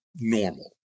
normal